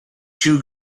too